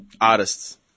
Artists